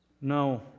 No